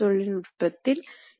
இது தான் மேசை